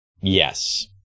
Yes